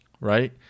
right